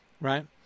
right